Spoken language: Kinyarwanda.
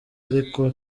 ariko